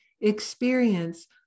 experience